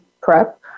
prep